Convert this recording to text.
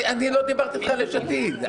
לא דברתי אתך על יש עתיד.